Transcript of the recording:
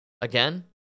again